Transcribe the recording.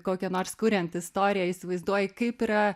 kokią nors kuriant istoriją įsivaizduoji kaip yra